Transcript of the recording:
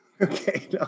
Okay